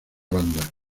banda